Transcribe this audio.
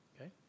okay